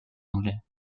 anglais